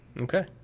Okay